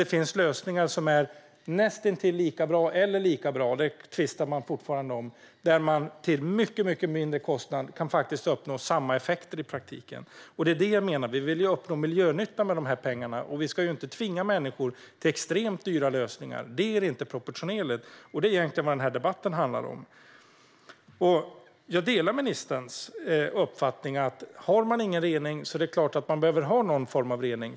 Det finns lösningar som är näst intill lika bra eller lika bra - det tvistar man fortfarande om - och där det till en mycket lägre kostnad går att uppnå i praktiken samma effekter. Det är det jag menar: Vi vill ju uppnå en miljönytta med dessa pengar. Vi ska inte tvinga människor till extremt dyra lösningar. Det är inte proportionerligt, och det är egentligen det den här debatten handlar om. Jag delar ministerns uppfattning att den som inte har någon rening självklart behöver skaffa någon form av rening.